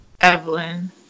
Evelyn